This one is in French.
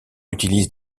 utilise